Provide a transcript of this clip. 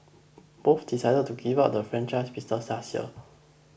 both decided to give up the franchise business last year